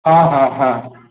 ହଁ ହଁ ହଁ